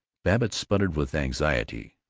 babbitt sputtered with anxiety,